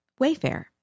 Wayfair